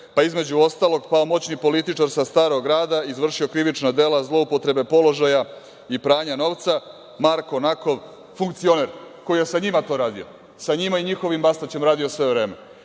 pa između ostalog – pao moćni političar sa Starog grada, izvršio krivična dela zloupotrebe položaja i pranja novca, Marko Nakov, funkcioner koji je sa njima to radio, sa njima i njihovim Bastaćem radio sve vreme. Onda